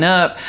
up